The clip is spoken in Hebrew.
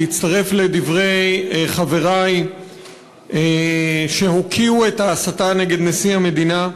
להצטרף לדברי חברי שהוקיעו את ההסתה נגד נשיא המדינה,